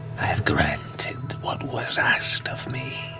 i have granted what was asked of me.